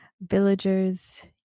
Villagers